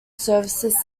services